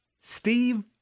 Steve